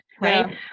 right